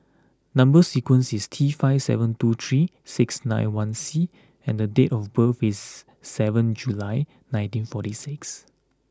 number sequence is T five seven two three six nine one C and the date of birth is seventh July nineteen forty six